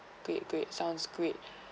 great great sounds great